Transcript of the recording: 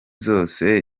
zose